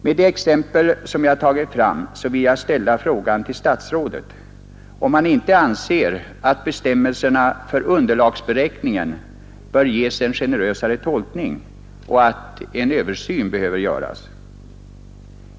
Med de exempel som jag tagit fram vill jag ställa frågan till statsrådet, om han inte anser att bestämmelserna för underlagsberäkningen bör ges en generösare tolkning och att en översyn behöver göras.